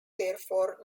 therefore